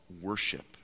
worship